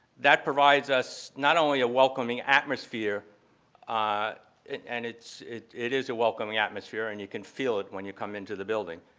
that provides us not only a welcoming atmosphere ah and it it is a welcoming atmosphere and you can feel it when you come into the building,